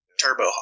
Turbo